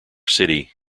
city